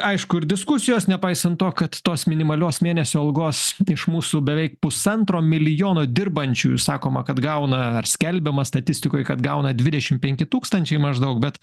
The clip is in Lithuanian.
aišku ir diskusijos nepaisant to kad tos minimalios mėnesio algos iš mūsų beveik pusantro milijono dirbančiųjų sakoma kad gauna ar skelbiama statistikoj kad gauna dvidešimt penki tūkstančiai maždaug bet